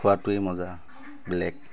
খোৱাটোৱে মজা বেলেগ